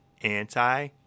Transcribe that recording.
anti